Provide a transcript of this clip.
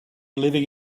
living